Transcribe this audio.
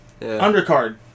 Undercard